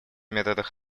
методах